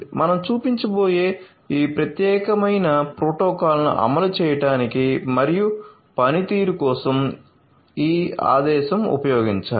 మనం చూపించబోయే ఈ ప్రత్యేకమైన ప్రోటోకాల్ను అమలు చేయడానికి మరియు పనితీరు కోసం ఈ ఆదేశం ఉపయోగించాలి